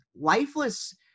lifeless